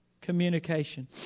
Communication